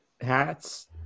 hats